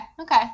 okay